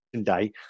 day